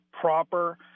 proper